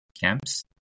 camps